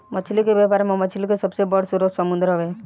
मछली के व्यापार में मछली के सबसे बड़ स्रोत समुंद्र हवे